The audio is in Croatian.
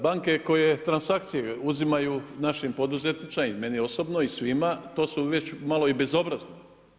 Banke koje transakcije uzimaju našim poduzetnicima i meni osobno i svima to su već malo i bezobrazno.